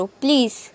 please